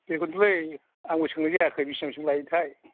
बेखौनोथ'लै आंबो सोंनाय जायाखै बिसिबां बिसिबां लायोथाय